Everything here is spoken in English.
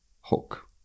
hook